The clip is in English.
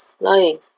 lying